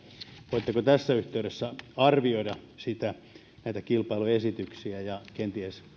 voitteko tässä yhteydessä arvioida näitä kilpailutusesityksiä ja kenties